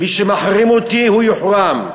מי שמחרים אותי הוא יוחרם.